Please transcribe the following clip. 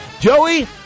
Joey